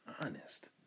honest